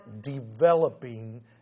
developing